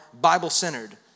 Bible-centered